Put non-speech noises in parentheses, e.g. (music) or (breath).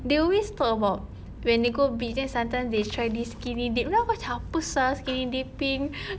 they always talk about when they go beach then sometimes they try this skinny dip then aku macam apa sia skinny dipping (breath)